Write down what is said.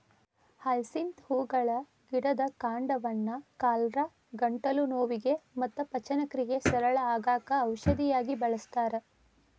hyacinth ಹೂಗಳ ಗಿಡದ ಕಾಂಡವನ್ನ ಕಾಲರಾ, ಗಂಟಲು ನೋವಿಗೆ ಮತ್ತ ಪಚನಕ್ರಿಯೆ ಸರಳ ಆಗಾಕ ಔಷಧಿಯಾಗಿ ಬಳಸ್ತಾರ